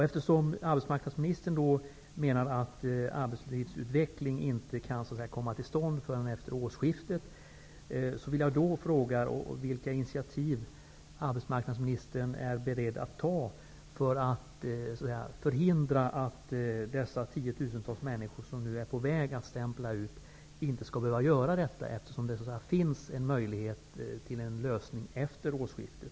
Eftersom arbetsmarknadsministern menar att arbetslivsutveckling inte kan komma till stånd förrän efter årsskiftet, vill jag fråga vilka initiativ arbetsmarknadsministern är beredd att ta för att de tiotusentals människor som nu är på väg att stämpla ut inte skall behöva göra detta. Det finns ju möjligheter till en lösning efter årsskiftet.